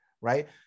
Right